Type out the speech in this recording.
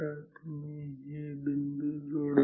तुम्ही फक्त हे बिंदू जोडत जा